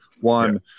One